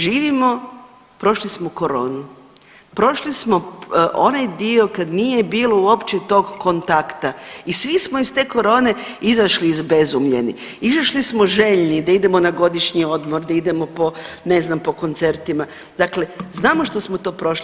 Živimo, prošli smo koronu, prošli smo onaj dio kad nije bilo uopće tog kontakta i svi smo iz te korone izašli izbezumljeni, izašli smo željni, da idemo na godišnji odmor, da idemo po, ne znam, po koncertima, dakle znamo što smo to prošli.